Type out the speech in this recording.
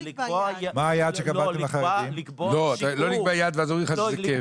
לא נקבע יעד, ואז אומרים לך שזה כפל.